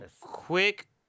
quick